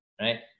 right